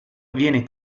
viene